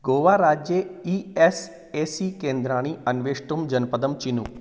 गोवाराज्ये E S A C केन्द्राणि अन्वेष्टुं जनपदं चिनु